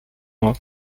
moi